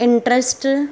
interest